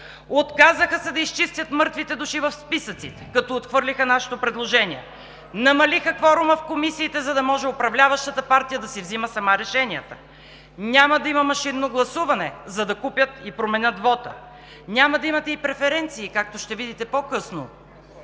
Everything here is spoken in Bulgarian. отказаха се да изчистят мъртвите души в списъците, като отхвърлиха нашите предложения; намалиха кворума в комисиите, за да може управляващата партия да си взима сама решенията; няма да има машинно гласуване, за да купят и променят вота; няма да имате и преференции, както ще видите по-късно,